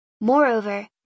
Moreover